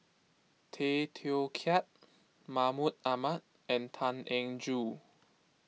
Tay Teow Kiat Mahmud Ahmad and Tan Eng Joo